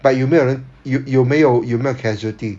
but 有没有人有有没有有没有 casualty